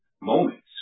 moments